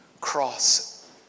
cross